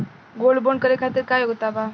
Gold bond करे खातिर का योग्यता बा?